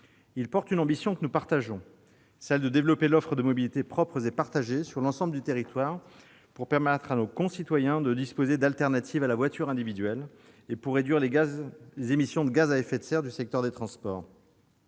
Il traduit une ambition que nous partageons, celle de développer une offre de mobilité propre et partagée sur l'ensemble du territoire, et ainsi de donner à nos concitoyens d'autres possibilités que la voiture individuelle et de réduire les émissions de gaz à effet de serre du secteur des transports.